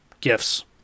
gifts